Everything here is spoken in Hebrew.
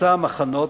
"מסע המחנות"